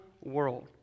world